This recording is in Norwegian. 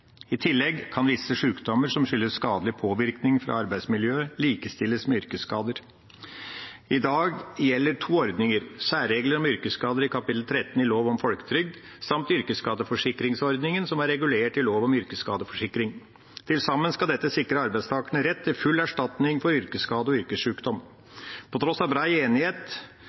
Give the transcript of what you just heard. I tillegg kan visse sjukdommer som skyldes skadelig påvirkning fra arbeidsmiljøet, likestilles med yrkesskader. I dag gjelder to ordninger: særregler om yrkesskader i kapittel 13 i lov om folketrygd samt yrkesskadeforsikringsordningen, som er regulert i lov om yrkesskadeforsikring. Til sammen skal dette sikre arbeidstakerne rett til full erstatning for yrkesskade og yrkessjukdom. På tross av brei enighet